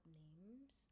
names